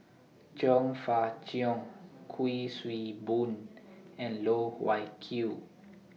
Chong Fah Cheong Kuik Swee Boon and Loh Wai Kiew